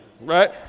right